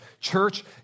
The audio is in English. Church